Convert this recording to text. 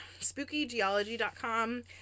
SpookyGeology.com